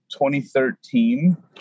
2013